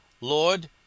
Lord